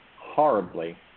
horribly